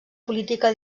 política